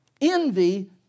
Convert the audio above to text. Envy